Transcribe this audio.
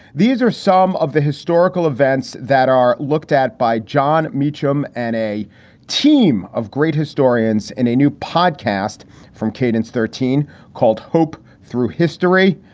these are some of the historical events that are looked at by john meacham and a team of great historians and a new podcast from kadence thirteen called hope through history.